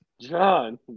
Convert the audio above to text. John